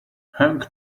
hang